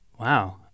Wow